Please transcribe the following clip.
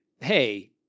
Hey